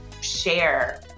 share